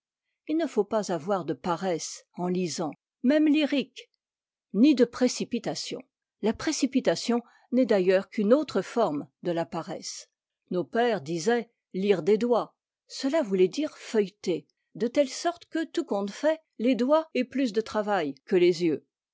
il ne faut pas avoir de paresse en lisant même lyrique ni de précipitation la précipitation n'est d'ailleurs qu'une autre forme de la paresse nos pères disaient lire des doigts cela voulait dire feuilleter de telle sorte que tout compte fait les doigts aient plus de travail que les yeux